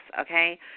okay